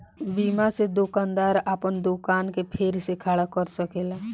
बीमा से दोकानदार आपन दोकान के फेर से खड़ा कर सकेला